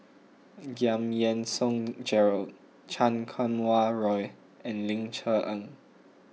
Giam Yean Song Gerald Chan Kum Wah Roy and Ling Cher Eng